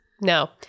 No